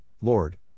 Lord